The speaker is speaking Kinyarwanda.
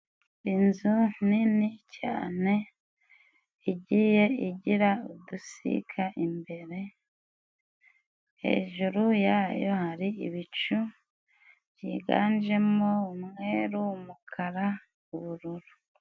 Inzu nini cyane, igiye igira udusika imbere, hejuru yayo hari ibicu byiganjemo umweru, umukara, ubururu.